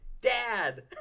Dad